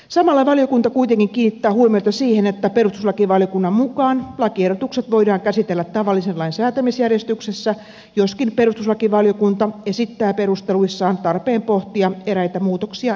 samalla valiokunta kuitenkin kiinnittää huomiota siihen että perustuslakivaliokunnan mukaan lakiehdotukset voidaan käsitellä tavallisen lain säätämisjärjestyksessä joskin perustuslakivaliokunta esittää perusteluissaan tarpeen pohtia eräitä muutoksia ehdotukseen